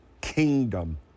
kingdom